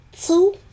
two